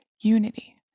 Unity